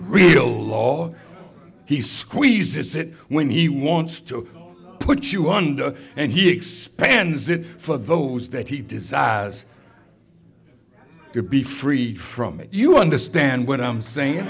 real law he squeezes it when he wants to put you under and he expands it for those that he desires to be free from it you understand what i'm saying